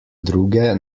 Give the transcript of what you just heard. druge